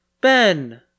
Ben